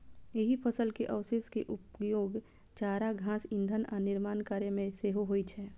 एहि फसल के अवशेष के उपयोग चारा, घास, ईंधन आ निर्माण कार्य मे सेहो होइ छै